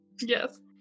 Yes